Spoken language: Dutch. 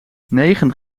negen